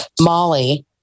molly